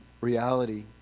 reality